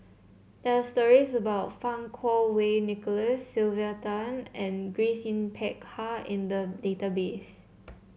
there are stories about Fang Kuo Wei Nicholas Sylvia Tan and Grace Yin Peck Ha in the database